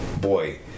Boy